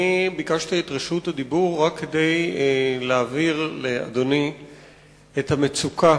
אני ביקשתי את רשות הדיבור רק כדי להבהיר לאדוני את המצוקה